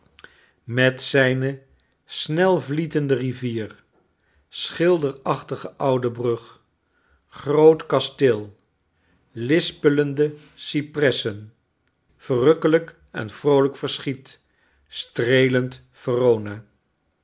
met zijne snelvlietende rivier schilderachtige oude brug groot kasteel lispelende cipressen verrukkelijk en vroolijk verschiet streelend verona